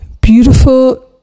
beautiful